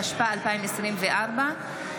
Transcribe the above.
התשפ"ה 2024,